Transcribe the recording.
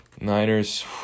Niners